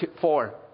four